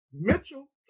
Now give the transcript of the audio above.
Mitchell